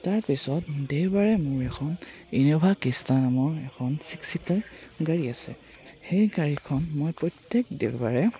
তাৰপিছত দেওবাৰে মোৰ এখন ইন'ভা কৃস্তা নামৰ এখন ছিক্স ছিটাৰ গাড়ী আছে সেই গাড়ীখন মই প্ৰত্যেক দেওবাৰে